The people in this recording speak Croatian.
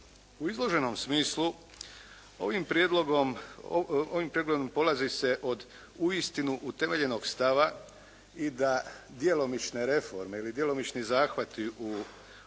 U izloženom smislu ovim prijedlogom polazi se od uistinu utemeljenog stava i da djelomične reforme ili djelomični zahvati u ovu